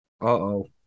uh-oh